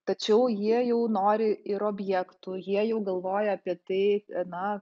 tačiau jie jau nori ir objektų jie jau galvoja apie tai na